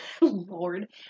lord